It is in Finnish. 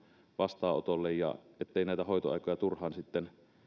vastaanotolle ja ettei näitä hoitoaikoja turhaan sitten